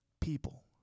People